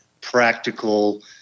practical